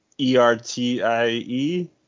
E-R-T-I-E